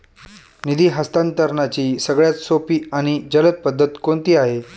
निधी हस्तांतरणाची सगळ्यात सोपी आणि जलद पद्धत कोणती आहे?